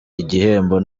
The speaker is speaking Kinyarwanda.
igihembo